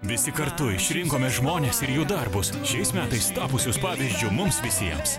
visi kartu išrinkome žmones ir jų darbus šiais metais tapusius pavyzdžiu mums visiems